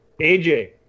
AJ